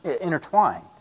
intertwined